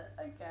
okay